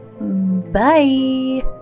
Bye